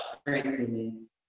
strengthening